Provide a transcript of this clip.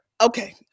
okay